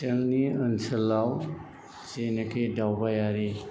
जोंनि ओनसोलाव जिनाखि दावबायारि